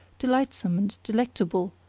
delightsome and delectable,